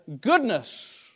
goodness